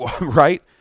right